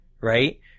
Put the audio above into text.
Right